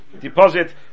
deposit